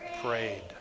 Prayed